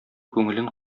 күңелен